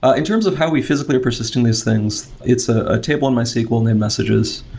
ah in terms of how we physically are persisting these things, it's a ah table on mysql named messages.